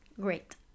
great